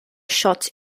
shot